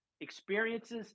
Experiences